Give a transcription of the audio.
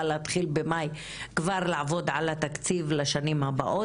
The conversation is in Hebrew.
להתחיל כבר במאי לעבוד על התקציב לשנים הבאות,